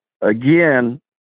again